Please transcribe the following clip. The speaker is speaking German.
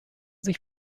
sich